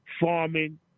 farming